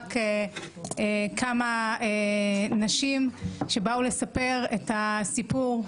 המאבק כמה נשים שבאו לספר את הסיפור,